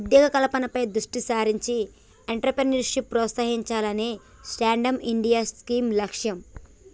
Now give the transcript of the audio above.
ఉద్యోగ కల్పనపై దృష్టి సారించి ఎంట్రప్రెన్యూర్షిప్ ప్రోత్సహించాలనే స్టాండప్ ఇండియా స్కీమ్ లక్ష్యం